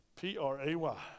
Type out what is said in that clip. P-R-A-Y